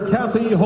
Kathy